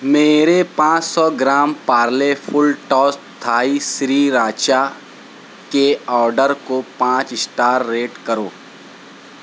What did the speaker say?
میرے پانچ سو gram Parle full toss Thai sriracha کے آڈر کو پانچ اسٹار ریٹ کرو